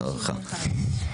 רוויזיה.